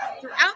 throughout